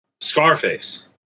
Scarface